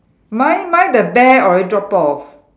mine mine the bear already drop off